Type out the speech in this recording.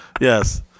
Yes